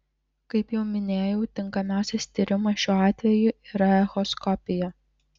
kaip jau minėjau tinkamiausias tyrimas šiuo atveju yra echoskopija